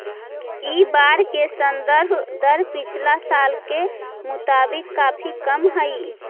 इ बार के संदर्भ दर पिछला साल के मुताबिक काफी कम हई